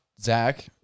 Zach